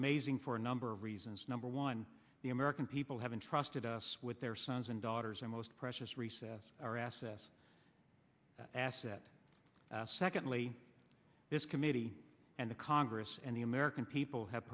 amazing for a number of reasons number one the american people have entrusted us with their son and daughters are most precious recess r s s asset secondly this committee and the congress and the american people have